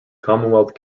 commonwealth